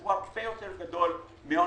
שהוא הרבה יותר גדול מהון